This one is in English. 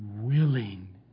willing